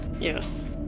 Yes